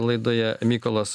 laidoje mykolas